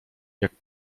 jak